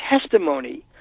testimony